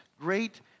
great